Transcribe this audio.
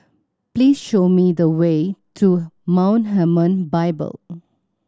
please show me the way to Mount Hermon Bible